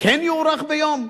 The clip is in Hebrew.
כן יוארך ביום?